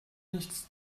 nichts